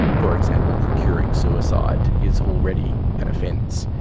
for example, procuring suicide is already an offence.